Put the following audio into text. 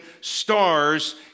stars